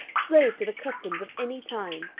slave to the customs of any time.